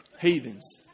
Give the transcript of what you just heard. Heathens